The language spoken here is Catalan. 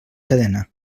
cadena